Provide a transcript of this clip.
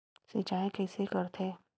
सिंचाई कइसे करथे?